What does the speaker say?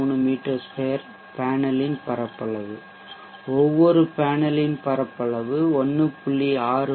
63 மீ 2 பேனலின் பரப்பளவு ஒவ்வொரு பேனலின் பரப்பளவு 1